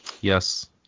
yes